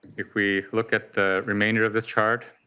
if we look at the remainder of the chart,